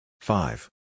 Five